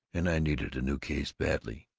and i needed a new case badly.